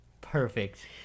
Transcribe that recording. perfect